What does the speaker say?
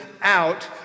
out